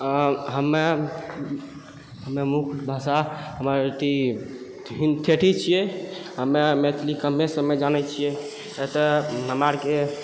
हमे हमे मुख भाषा हमर अथी ठेठी छियै हमे मैथिली कमे समे जानै छियै किया तऽ हमरा अरके